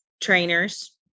trainers